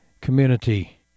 community